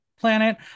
planet